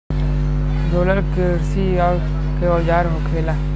roller किरसी के औजार होखेला